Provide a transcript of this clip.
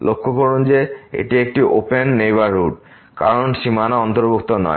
লক্ষ্য করুন যে এটি একটি ওপেন নেইবারহুড কারণ সীমানা অন্তর্ভুক্ত নয়